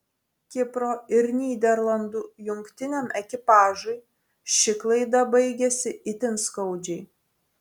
kipro ir nyderlandų jungtiniam ekipažui ši klaida baigėsi itin skaudžiai